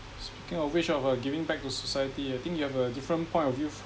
speaking of which of uh giving back to society I think you have a different point of view